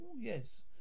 Yes